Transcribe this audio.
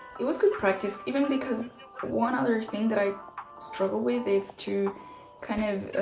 it was good practice, even because one other thing that i struggle with is to kind of